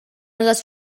les